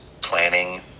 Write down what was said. planning